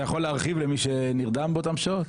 אתה יכול להרחיב למי שנרדם באותן שעות?